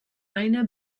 ina